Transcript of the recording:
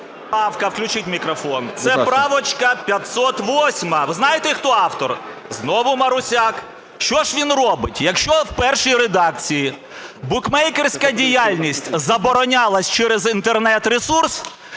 Включіть мікрофон. Це правочка 508-а. Ви знаєте, хто автор? Знову Марусяк. Що ж він робить? Якщо в першій редакції букмекерська діяльність заборонялась через Інтернет-ресурс,